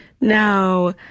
Now